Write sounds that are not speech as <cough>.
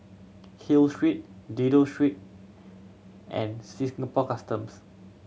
Hill Street Dido Street and <unintelligible> Customs